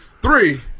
Three